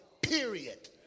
period